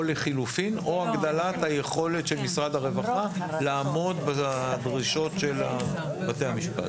או לחלופין או הגדלת היכולת של משרד הרווחה לעמוד בדרישות של בתי המשפט.